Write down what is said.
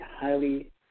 highly